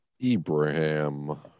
Abraham